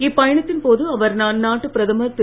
இப்பயணத்தின் போது அவர் அந்நாட்டு பிரதமர் திரு